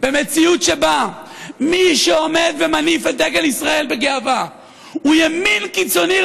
במציאות שבה מי שעומד ומניף את דגל ישראל בגאווה הוא ימין קיצוני,